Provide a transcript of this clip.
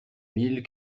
mille